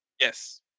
yes